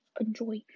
enjoy